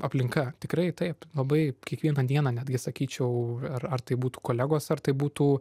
aplinka tikrai taip labai kiekvieną dieną netgi sakyčiau ar tai būtų kolegos ar tai būtų